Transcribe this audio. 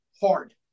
hard